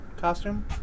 costume